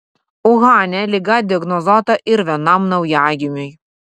uhane liga diagnozuota ir vienam naujagimiui